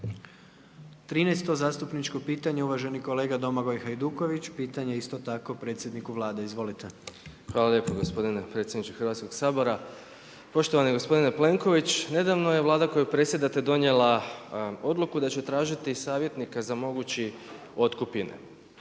13 zastupničko pitanje uvaženi kolega Domagoj Hajduković, pitanje isto tako predsjedniku Vlade. Izvolite. **Hajduković, Domagoj (SDP)** Hvala lijepo gospodine predsjedniče Hrvatskog sabora. Poštovani gospodine Plenković. Nedavno je Vlada koju predsjedate donijela odluku da će tražiti savjetnika za mogući otkup